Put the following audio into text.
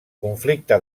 conflicte